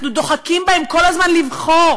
אנחנו דוחקים בהם כל הזמן לבחור.